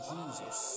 Jesus